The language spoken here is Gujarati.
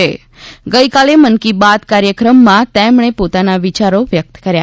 ગઈકાલે મન કી બાત કાર્યક્રમમાં તેમણે પોતાના વિચારો વ્યક્ત કર્યા